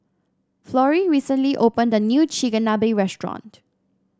Florie recently opened a new Chigenabe restaurant